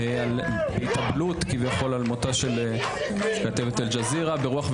התאבלות כביכול על מותה של כתבת אל-ג'זירה: "ברוח,